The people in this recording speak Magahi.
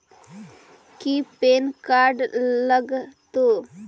की पैन कार्ड लग तै?